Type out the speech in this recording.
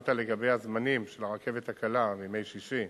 שאלת לגבי הזמנים של הרכבת הקלה בימי שישי.